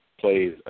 plays